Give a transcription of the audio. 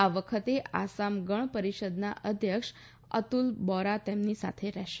આ વખતે આસામ ગણ પરિષદના અધ્યક્ષ અતુલ બોરા તેમની સાથે રહેશે